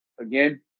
again